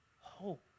hope